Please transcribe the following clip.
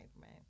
right